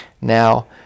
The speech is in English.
Now